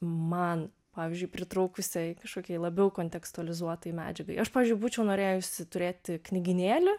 man pavyzdžiui pritrūkusiai kažkokiai labiau kontekstualizuotai medžiagai aš pavyzdžiui būčiau norėjusi turėti knygynėlį